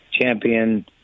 champion